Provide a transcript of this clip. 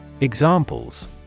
Examples